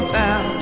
town